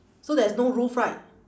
so there's no roof right